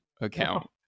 account